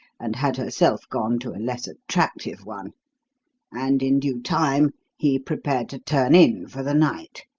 and had herself gone to a less attractive one and in due time he prepared to turn in for the night.